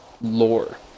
lore